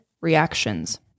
reactions